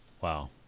Wow